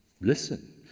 listen